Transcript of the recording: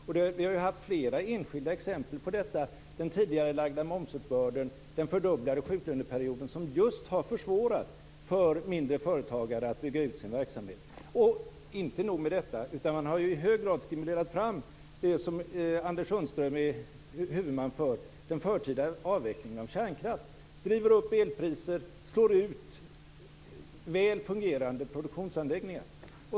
Det har funnits flera enskilda exempel på detta, t.ex. den tidigarelagda momsuppbörden och den fördubblade sjuklöneperioden, som just har försvårat för mindre företagare att bygga ut sin verksamhet. Inte nog med detta: Man har i hög grad stimulerat fram det som Anders Sundström är huvudman för, dvs. den förtida avvecklingen av kärnkraft. Det driver upp elpriser och slår ut väl fungerande produktionsanläggningar.